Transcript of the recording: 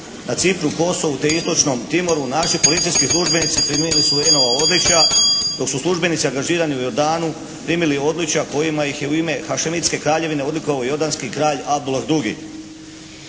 na Cipru, Kosovu te istočnom Timoru naši policijski službenici primili su UN-ova odličja dok su službenici angažirani u Jordanu primili odličja kojima ih je u ime Hašemitske kraljevine odlikovao jordanski kralj Abdulah II.